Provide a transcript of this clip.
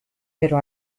pero